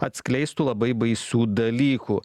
atskleistų labai baisių dalykų